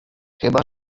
chyba